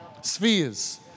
Spheres